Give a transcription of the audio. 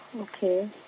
okay